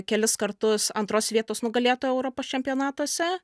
kelis kartus antros vietos nugalėtoja europos čempionatuose